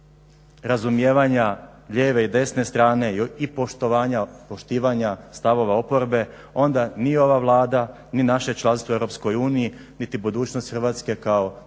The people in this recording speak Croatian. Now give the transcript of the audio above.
razumijevanja lijeve i desne strane i poštivanja stavova oporbe onda ni ova Vlada ni naše članstvo u EU niti budućnost Hrvatske kao